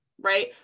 Right